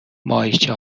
ماهیچه